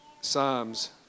Psalms